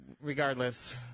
regardless